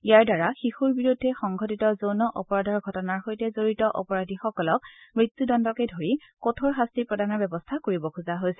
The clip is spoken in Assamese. ইয়াৰ দ্বাৰা শিশুৰ বিৰুদ্ধে সংঘটিত যৌন অপৰাধৰ ঘটনাৰ সৈতে জড়িত অপৰাধীসকলক মৃত্যুদণ্ডকে ধৰি কঠোৰ শাস্তি প্ৰদানৰ ব্যৱস্থা কৰিব খোজা হৈছে